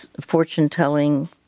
fortune-telling